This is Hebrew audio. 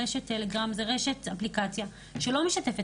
רשת טלגרם זו רשת אפליקציה שלא משתפת